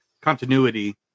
continuity